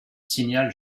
signal